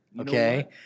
okay